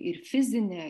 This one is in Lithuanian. ir fizinę